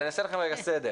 אז אני אעשה לכם רגע סדר.